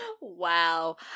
Wow